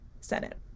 Senate